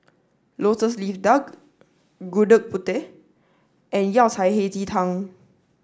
Lotus Leaf Duck Gudeg Putih and Yao Cai Hei Ji Tang